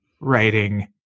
writing